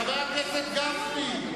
חבר הכנסת גפני.